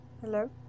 Hello